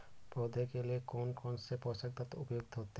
पौधे के लिए कौन कौन से पोषक तत्व उपयुक्त होते हैं?